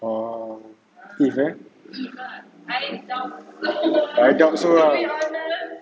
oh if eh I doubt so lah